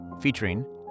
featuring